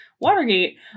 Watergate